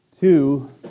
Two